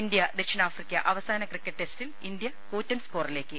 India ദക്ഷിണാഫ്രിക്ക അവസാന cricket ടെസ്റ്റിൽ ഇന്ത്യ കൂറ്റൻ സ്കോറിലേക്ക്